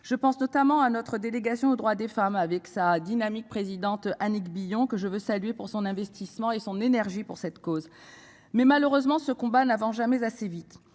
Je pense notamment à notre délégation aux droits des femmes avec sa dynamique présidente Annick Billon que je veux saluer pour son investissement et son énergie pour cette cause. Mais malheureusement ce combat n'avance jamais assez vite.